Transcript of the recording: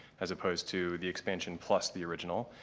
as opposed to the expansion plus the original.